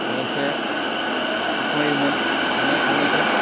लोगोसे बाखनायोमोन संनाय खावनायखौ